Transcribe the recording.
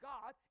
God